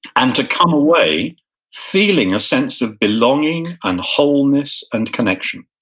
and to come away feeling a sense of belonging and wholeness and connection.